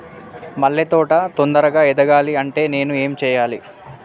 మల్లె తోట తొందరగా ఎదగాలి అంటే నేను ఏం చేయాలి?